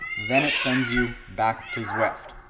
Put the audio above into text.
then it sends you back to zwift.